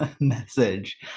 message